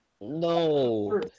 no